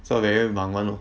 so very 忙 [one] lor